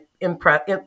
impress